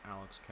Alex